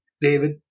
David